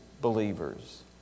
believers